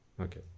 Okay